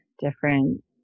different